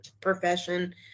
profession